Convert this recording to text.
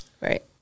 Right